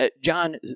John